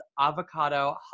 avocado